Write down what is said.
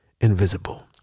invisible